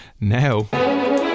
Now